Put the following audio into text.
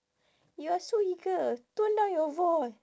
you are so eager tone down your voi~